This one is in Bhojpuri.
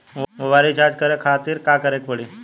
मोबाइल रीचार्ज करे खातिर का करे के पड़ी?